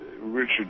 Richard